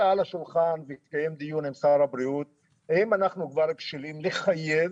אנחנו חושבים שבשיקולים כרגע של לחיות לצד הקורונה לא מצאנו לנכון לחייב